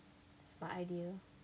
smart idea